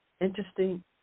interesting